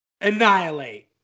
annihilate